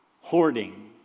hoarding